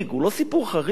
הוא לא סיפור חריג.